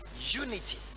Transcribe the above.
unity